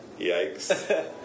Yikes